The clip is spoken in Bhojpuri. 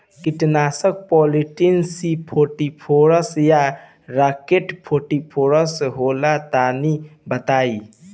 कीटनाशक पॉलीट्रिन सी फोर्टीफ़ोर या राकेट फोर्टीफोर होला तनि बताई?